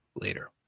Later